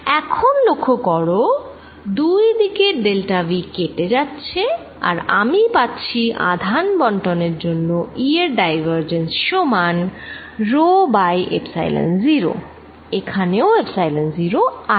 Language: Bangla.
এখন লক্ষ্য কর দুই দিকের ডেল্টা V কেটে যাচ্ছে আর আমি পাচ্ছি আধান বণ্টনের জন্য E এর ডাইভারজেন্স সমান রো বাই এপ্সাইলন 0 এখানেও এপ্সাইলন 0 আছে